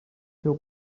się